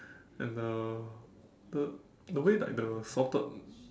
and the the the way like the salted